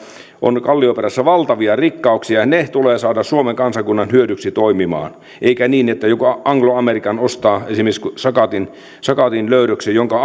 on kallioperässä valtavia rikkauksia ja ne tulee saada suomen kansakunnan hyödyksi toimimaan eikä niin että joku anglo american ostaa esimerkiksi sakatin sakatin löydöksen jonka